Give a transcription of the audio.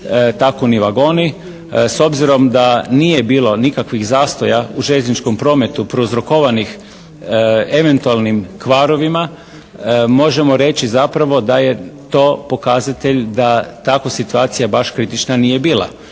tako ni vagoni. S obzirom da nije bilo nikakvih zastoja u željezničkom prometu prouzrokovanih eventualnim kvarovima, možemo reći zapravo da je to pokazatelj da tako situacija baš kritična nije bila.